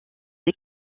dès